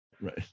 Right